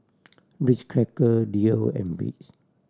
Ritz Cracker Leo and Beats